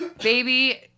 baby